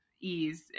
ease